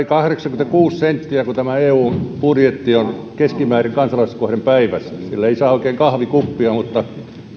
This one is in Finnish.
kahdeksankymmentäkuusi senttiä mitä tämä eu budjetti on keskimäärin kansalaista kohden päivässä sillä ei saa oikein kahvikuppia mutta